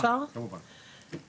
אני יכולה להתייחס?